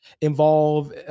involve